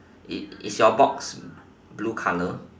it is your box blue colour